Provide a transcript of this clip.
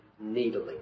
needling